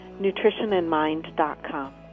nutritionandmind.com